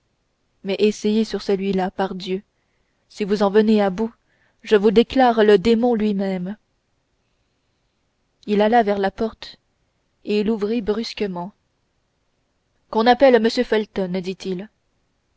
mais essayez sur celui-là pardieu si vous en venez à bout je vous déclare le démon lui-même il alla vers la porte et l'ouvrit brusquement qu'on appelle m felton dit-il